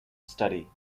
study